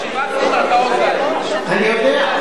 אני יודע.